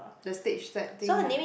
the stage setting ah